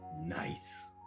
Nice